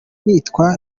nitwa